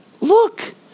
look